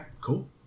Cool